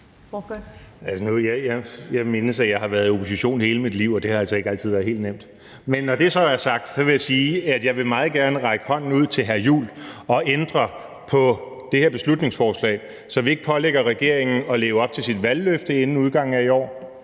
Jeg mindes, at jeg har været i opposition hele mit liv, og det har altså ikke altid været helt nemt. Men når det så er sagt, vil jeg sige, at jeg meget gerne vil række hånden ud til hr. Christian Juhl og ændre på det her beslutningsforslag, så vi ikke pålægger regeringen at leve op til sit valgløfte inden udgangen af i år,